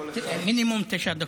מינימום תשע דקות.